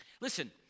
Listen